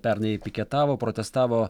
pernai piketavo protestavo